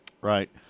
Right